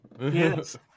Yes